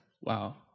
wow